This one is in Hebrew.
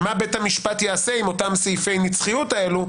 מה בית המשפט יעשה עם אותם סעיפי הנצחיות האלו?